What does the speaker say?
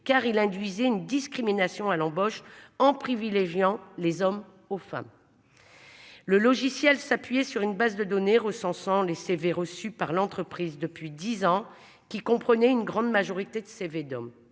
car il induisait une discrimination à l'embauche en privilégiant les hommes aux femmes. Le logiciel s'appuyer sur une base de données recensant les CV reçus par l'entreprise depuis 10 ans, qui comprenait une grande majorité de CV d'hommes